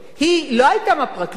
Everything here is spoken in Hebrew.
היא לא היתה בפרקליטות.